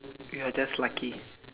you are just lucky